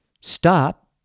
Stop